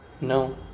No